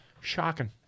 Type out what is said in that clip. Shocking